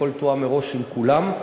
הכול תואם מראש עם כולם.